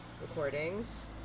recordings